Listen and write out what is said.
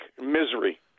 misery